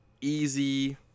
easy